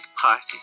party